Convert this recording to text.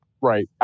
Right